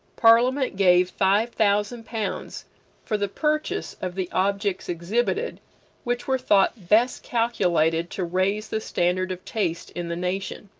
parliament gave five thousand pounds for the purchase of the objects exhibited which were thought best calculated to raise the standard of taste in the nation.